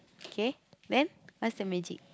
okay then what's the magic